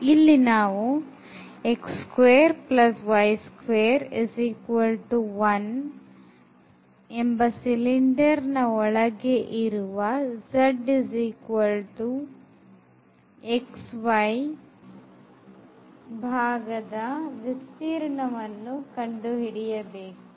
ಇಲ್ಲಿ ನಾವು ಸಿಲಿಂಡರ್ ಒಳಗೆ ಇರುವ ಭಾಗದ ವಿಸ್ತೀರ್ಣವನ್ನು ಕಂಡು ಹಿಡಿಯಬೇಕು